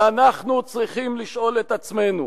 ואנחנו צריכים לשאול את עצמנו: